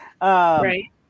Right